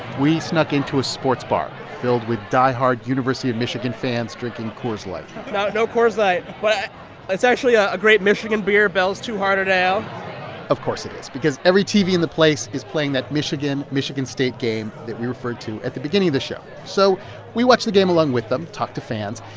we snuck into a sports bar filled with diehard university of michigan fans drinking coors light no, no coors light. but it's actually ah a great michigan beer bell's two hearted ale of course it is because every tv in the place is playing that michigan-michigan state game that we referred to at the beginning of the show. so we watch the game along with them, talk to fans.